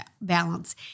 balance